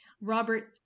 Robert